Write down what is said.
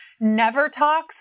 NeverTalks